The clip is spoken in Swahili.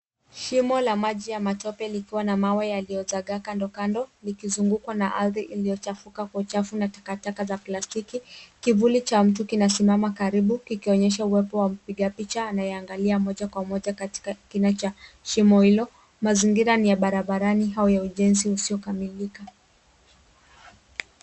Shimo la maji ya matope likiwa na mawe yaliozagaa kando kando, likizungukwa na ardhi iliochafuka kwa uchafu na takataka za plastiki. Kivuli cha mtu kimesimama karibu, kikionyesha uwepo wa mpiga picha, anayeangalia moja kwa moja katika kina cha shimo hilo. Mazingira ni ya barabarani au ya ujenzi usiokamilika.